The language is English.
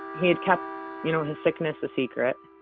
he had kept you know his sickness, the secret,